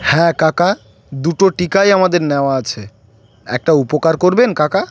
হ্যাঁ কাকা দুটো টিকাই আমাদের নেওয়া আছে একটা উপকার করবেন কাকা